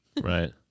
Right